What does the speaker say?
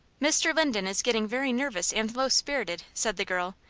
mr. linden is getting very nervous and low-spirited, said the girl,